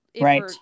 right